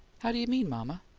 how do you mean, mama?